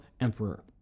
emperor